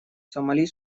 сомали